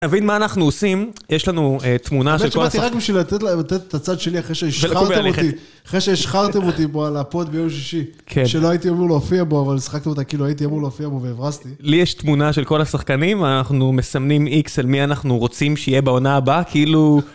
תבין מה אנחנו עושים, יש לנו תמונה של כל השחקנים. אני שמעתי רק בשביל לתת את הצד שלי אחרי שהשחרתם אותי... אחרי שהשחרתם אותי פה על הפוד שישי, שלא הייתי אמור להופיע בו אבל שחקתם אותה, כאילו הייתי אמור להופיע בו והברזתי. לי יש תמונה של כל השחקנים, ואנחנו מסמנים X על מי אנחנו רוצים שיהיה בעונה הבאה, כאילו...